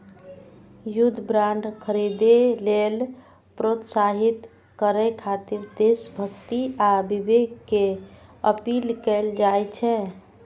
युद्ध बांड खरीदै लेल प्रोत्साहित करय खातिर देशभक्ति आ विवेक के अपील कैल जाइ छै